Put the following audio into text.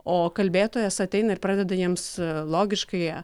o kalbėtojas ateina ir pradeda jiems logiškai